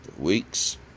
weeks